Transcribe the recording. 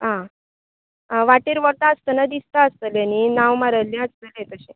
आं आं वाटेर वता आसताना दिसता आसतलें न्ही नांव मारिल्लें आसतलें तशें